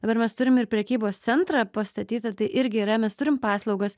dabar mes turim ir prekybos centrą pastatytą tai irgi yra mes turim paslaugas